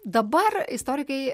dabar istorikai